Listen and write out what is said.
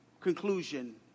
Conclusion